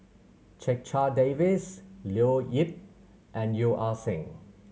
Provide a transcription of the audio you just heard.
Checha Davies Leo Yip and Yeo Ah Seng